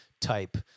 type